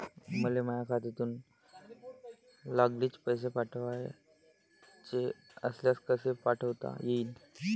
मले माह्या खात्यातून लागलीच पैसे पाठवाचे असल्यास कसे पाठोता यीन?